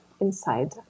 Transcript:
inside